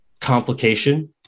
complication